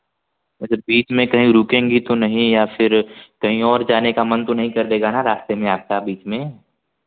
मतलब बीच में कहीं रुकेंगी तो नहीं या फिर कहीं और जाने का मन तो नहीं कर देगा रास्ते में आपके बीच में